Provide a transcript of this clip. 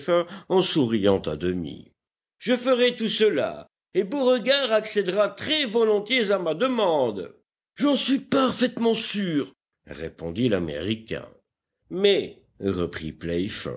en souriant à demi je ferai tout cela et beauregard accèdera très volontiers à ma demande j'en suis parfaitement sûr répondit l méricain ais reprit